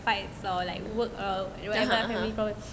fights or like work or if I got family problems